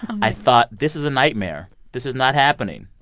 i thought, this is a nightmare. this is not happening.